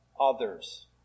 others